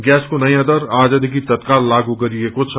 ग्यासको नयौं दर आजदेखि तत्काल लागू भएको छ